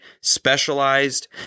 specialized